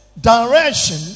direction